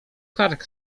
kark